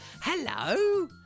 hello